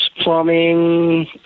plumbing